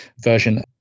version